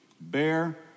Bear